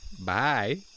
Bye